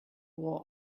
war